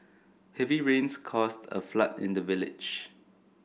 heavy rains caused a flood in the village